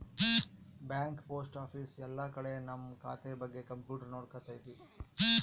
bank post office ಎಲ್ಲ ಕಡೆ ನಮ್ ಖಾತೆ ಬಗ್ಗೆ ಕಂಪ್ಯೂಟರ್ ನೋಡ್ಕೊತೈತಿ